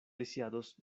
lisiados